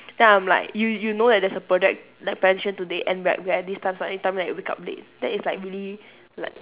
then I'm like you you know that there's a project like presentation today and we're we're at this time slot and you tell me that you wake up late then it's like really like